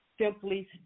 Simply